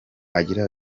agira